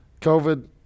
COVID